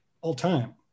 all-time